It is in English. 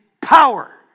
power